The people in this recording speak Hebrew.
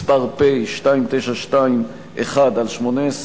מס' פ/2921/18,